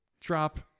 drop